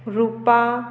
रुपा